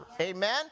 amen